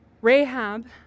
Rahab